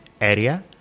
area